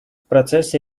процессе